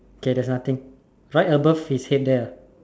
okay there's nothing right above his head there ah